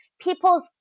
people's